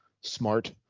Smart